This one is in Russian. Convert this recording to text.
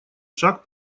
шаг